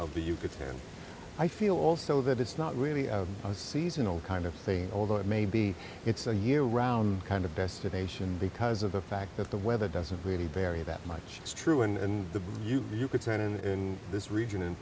of the yucatan i feel also that it's not really a seasonal kind of thing although it may be it's a year round kind of destination because of the fact that the weather doesn't really vary that much is true in the yucatan in this region in